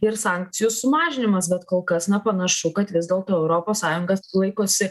ir sankcijų sumažinimas bet kol kas na panašu kad vis dėlto europos sąjunga laikosi